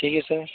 ठीक है सर